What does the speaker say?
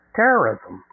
terrorism